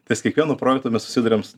ties kiekvienu projektu mes susiduriam